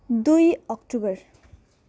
दुई अक्टोबर